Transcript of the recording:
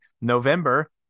November